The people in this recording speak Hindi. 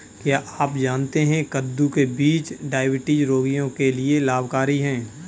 क्या आप जानते है कद्दू के बीज डायबिटीज रोगियों के लिए लाभकारी है?